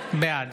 בעד